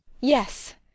Yes